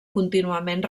contínuament